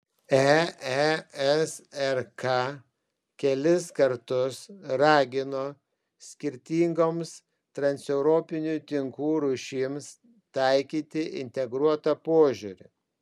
eesrk kelis kartus ragino skirtingoms transeuropinių tinklų rūšims taikyti integruotą požiūrį